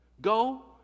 go